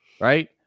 Right